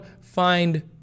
find